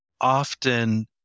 often